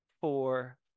four